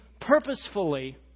purposefully